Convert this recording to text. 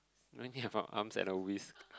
we only have our arms and a whisk